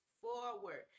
forward